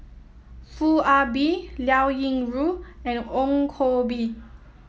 Foo Ah Bee Liao Yingru and Ong Koh Bee